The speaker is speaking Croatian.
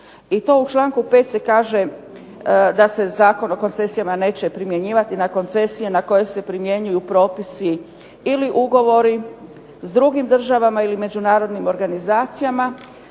I to u članku 5. se kaže da se Zakon o koncesijama neće primjenjivati na koncesije na koje se primjenjuju propisi ili ugovori s drugim državama ili međunarodnim organizacijama,